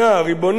עצמאית,